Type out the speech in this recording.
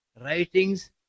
writings